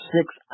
six